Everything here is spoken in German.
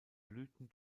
blüten